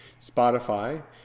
Spotify